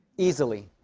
easily.